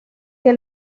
que